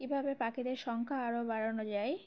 কীভাবে পাখিদের সংখ্যা আরও বাড়ানো যায়